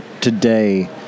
today